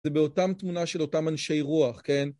זה באותם תמונה של אותם אנשי רוח, כן?